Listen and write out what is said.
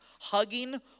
hugging